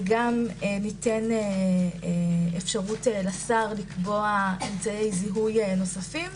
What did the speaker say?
וגם ניתן אפשרות לשר לקבוע אמצעי זיהוי נוספים.